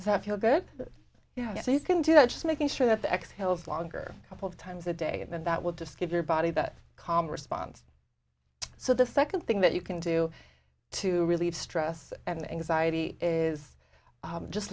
that feel good yeah you can do that just making sure that the x hills longer couple of times a day and that will just give your body that calm response so the second thing that you can do to relieve stress and anxiety is just